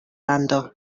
lando